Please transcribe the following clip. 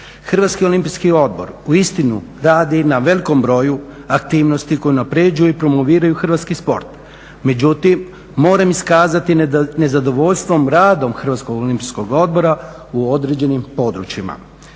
Hrvatski olimpijski odbor uistinu radi na velikom broju aktivnosti koje unaprjeđuju i promoviraju hrvatski sport. Međutim, moram iskazati nezadovoljstvo radom Hrvatskog olimpijskog odbora u određenim područjima.